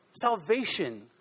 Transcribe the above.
Salvation